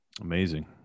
Amazing